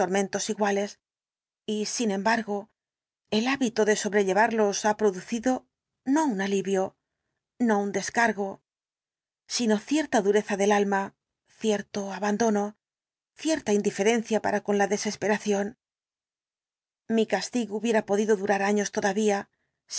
tormentos iguales y sin embargo el hábito de sobrellevarlos ha producido no un alivio no un descargo el dr jekyll sino cierta dureza del alma cierto abandono cierta indiferencia para con la desesperación mi castigo hubiera podido durar años todavía